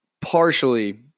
partially